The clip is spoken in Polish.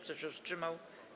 Kto się wstrzymał?